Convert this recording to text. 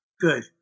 good